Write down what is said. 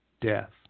death